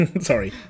sorry